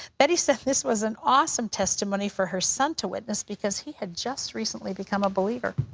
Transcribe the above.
betty said this was an awesome testimony for her son to witness, because he had just recently become a believer.